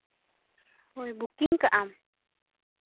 ᱦᱳᱭ ᱵᱩᱠᱤᱝ ᱠᱟᱜ ᱟᱢ